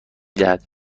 دهد